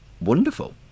wonderful